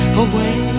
away